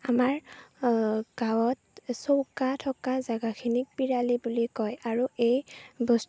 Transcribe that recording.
আমাৰ গাঁৱত চৌকা থকা জাগাখিনিক পিৰালি বুলি কয় আৰু এই বস্তু